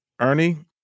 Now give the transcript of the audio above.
Ernie